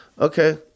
Okay